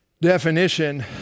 definition